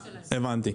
הבנתי.